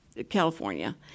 California